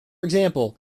example